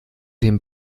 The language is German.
den